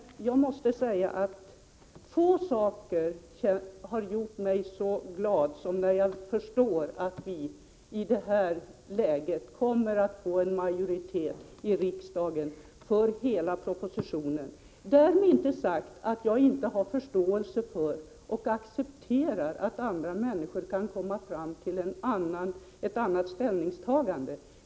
Få saker har emellertid gjort mig så glad som när jag förstod att vi i detta läge kommer att få en majoritet i riksdagen för hela propositionen. Därmed är inte sagt att jag inte har förståelse för och accepterar att andra människor kan komma fram till ett annat ställningstagande.